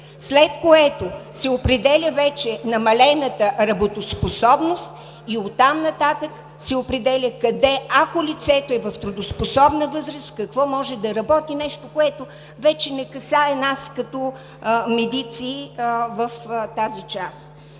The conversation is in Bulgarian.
след което се определя вече намалената работоспособност и от там нататък се определя къде, ако лицето е в трудоспособна възраст, какво може да работи – нещо, което в тази част, вече не касае нас като медици. Така че,